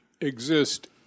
exist